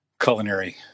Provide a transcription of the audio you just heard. culinary